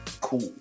cool